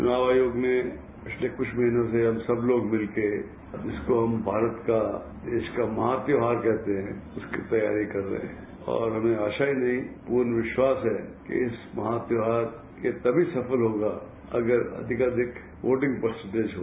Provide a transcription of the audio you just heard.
च्नाव आयोग ने पिछले कुछ महीनों से हम सब लोग मिलकर जिसको हम भारत का देश का महा त्योहार कहते है उसकी तैयारी कर रहे है और हमें आशा ही नहीं पूर्ण विस्वास है कि इस महा त्योहार ये तभी सफल होगा अगर अधिकाधिक वोटिंग परसेन्टेज हो